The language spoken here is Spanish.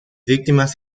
víctimas